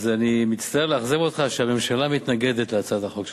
אז אני מצטער לאכזב אותך שהממשלה מתנגדת להצעת החוק שלך.